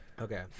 Okay